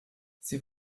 sie